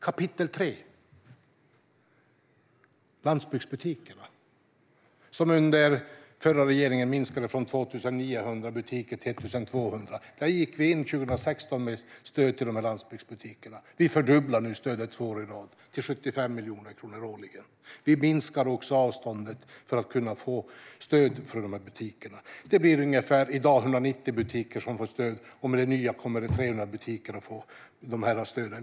Kapitel 3 handlar om landsbygdsbutikerna, som under den förra regeringen minskade från 2 900 butiker till 1 200. Vi gick in 2016 med stöd till dessa landsbygdsbutiker. Vi fördubblar nu stödet två år i rad till 75 miljoner kronor årligen. Vi minskar också avståndet för att butiker ska kunna få stöd. Det är ungefär 190 butiker som får stöd i dag, men med det nya kommer 300 butiker att få stöd.